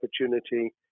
opportunity